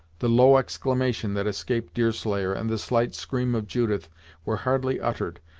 the low exclamation that escaped deerslayer and the slight scream of judith were hardly uttered,